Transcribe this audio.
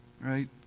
right